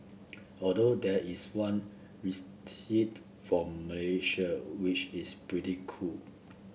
although there is one from Malaysia which is pretty cool